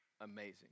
amazing